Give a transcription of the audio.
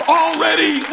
already